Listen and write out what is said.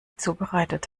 zubereitet